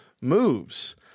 moves